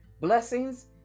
Blessings